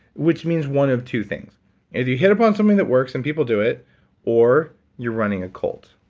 which means one of two things you hit upon something that works and people do it or you're running a cult.